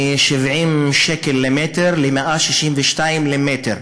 מ-70 שקל למ"ר ל-162 שקל למ"ר.